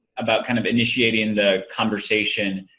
about kind of initiating the conversation.